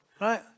right